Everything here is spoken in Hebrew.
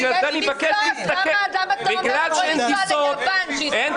בגלל זה אני מבקש להסתכל ------ בגלל שאין